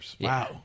Wow